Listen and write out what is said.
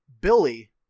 Billy